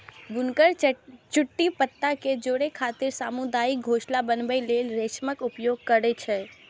बुनकर चुट्टी पत्ता कें जोड़ै खातिर सामुदायिक घोंसला बनबै लेल रेशमक उपयोग करै छै